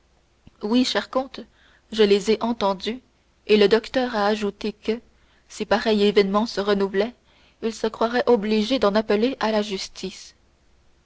oui cher comte je les ai entendues et le docteur a ajouté que si pareil événement se renouvelait il se croirait obligé d'en appeler à la justice